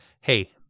hey